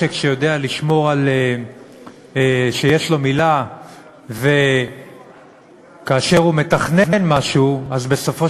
משק שיש לו מילה וכאשר הוא מתכנן משהו בסופו